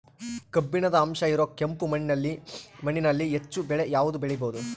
ಕಬ್ಬಿಣದ ಅಂಶ ಇರೋ ಕೆಂಪು ಮಣ್ಣಿನಲ್ಲಿ ಹೆಚ್ಚು ಬೆಳೆ ಯಾವುದು ಬೆಳಿಬೋದು?